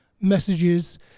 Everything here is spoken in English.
messages